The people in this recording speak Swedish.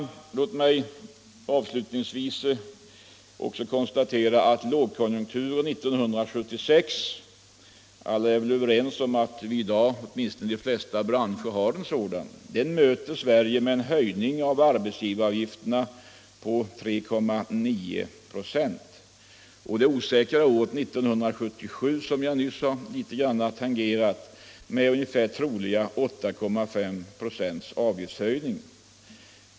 Låt mig avslutningsvis också konstatera att Sverige möter lågkonjunkturen 1976 — alla är väl överens om att vi i dag åtminstone i de flesta branscher har en sådan — med en höjning av arbetsgivaravgifterna på 3,9 26. Det osäkra året 1977, som jag nyss något har tangerat, möter man med troligen 8,5 96 avgiftshöjning.